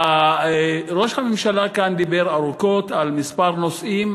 ראש הממשלה דיבר כאן ארוכות על כמה נושאים.